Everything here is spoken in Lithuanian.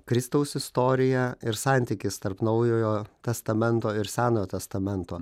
kristaus istorija ir santykis tarp naujojo testamento ir senojo testamento